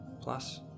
plus